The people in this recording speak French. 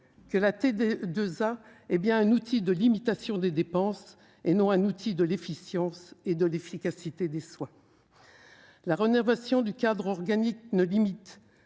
que la T2A est bien un outil de limitation des dépenses et non d'efficience et d'efficacité des soins. La rénovation du cadre organique ne vise